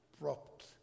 propped